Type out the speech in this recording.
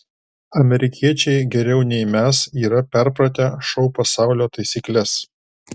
amerikiečiai geriau nei mes yra perpratę šou pasaulio taisykles